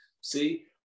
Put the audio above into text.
See